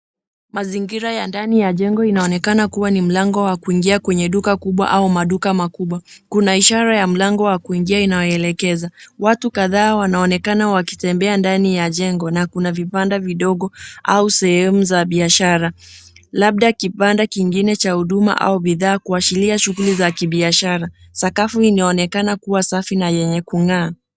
Mazingira ya ndani ya jengo inaonekana kuwa ni mlango wa kuingia kwenye duka kubwa au maduka makubwa. Kuna ishara ya mlango wa kuingia inayoelekeza. Watu kadhaa wanaonekana wakitembea ndani ya jengo na kuna vibanda vidogo au sehemu za biashara. Labda kibanda kingine cha huduma au bidhaa kuashiria shughuli za kibiashara. Sakafu inaonekana kuwa safi na yenye kung'aa.